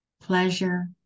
pleasure